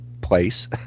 place